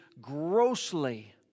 grossly